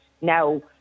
now